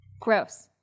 Gross